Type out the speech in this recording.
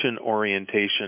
orientation